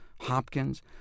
Hopkins